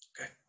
Okay